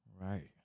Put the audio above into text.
Right